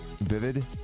Vivid